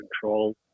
control